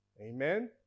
Amen